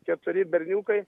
keturi berniukai